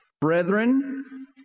brethren